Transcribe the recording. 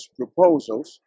proposals